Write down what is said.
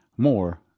more